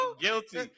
Guilty